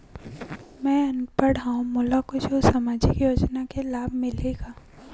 मैं अनपढ़ हाव मोला कुछ कहूं सामाजिक योजना के लाभ मिलही का?